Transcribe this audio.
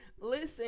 Listen